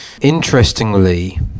Interestingly